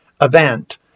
event